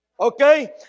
okay